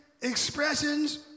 expressions